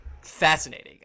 fascinating